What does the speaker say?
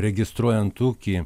registruojant ūkį